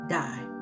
die